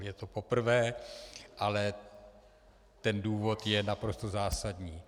Je to poprvé, ale ten důvod je naprosto zásadní.